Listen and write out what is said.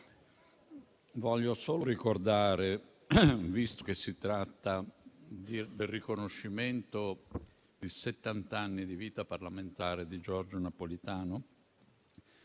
Vorrei solo ricordare - visto che si tratta del riconoscimento di settant'anni di vita parlamentare di Giorgio Napolitano